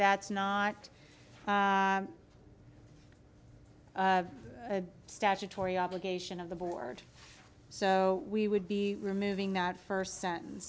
that's not a statutory obligation of the board so we would be removing that first sentence